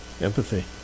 empathy